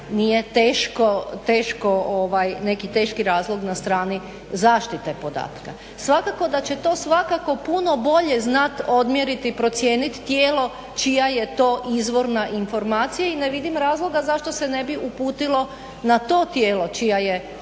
nije teško ovaj neki teški razlog na strani zaštite podatka. Svakako da će to svakako puno bolje znat odmjerit i procijenit tijelo čija je to izvorna informacija i ne vidim razloga zašto se ne bi uputilo na to tijelo čija je to